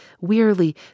wearily